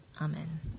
Amen